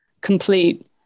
complete